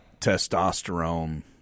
testosterone